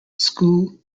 school